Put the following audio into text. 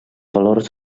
valors